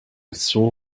saw